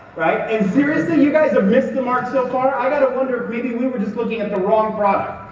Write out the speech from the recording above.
right, and seriously you guys missed the mark so far, i gotta wonder if maybe we were just looking at the wrong product.